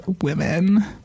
women